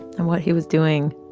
and what he was doing